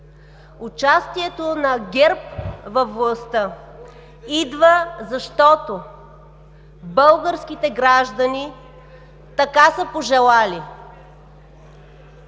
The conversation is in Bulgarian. Участието на ГЕРБ във властта идва, защото българските граждани така са пожелали.